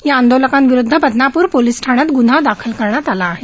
या आंदोलकांविरूद्ध बदनापूर पोलिस ठाण्यात गुन्हा दाखल करण्यात आला आहे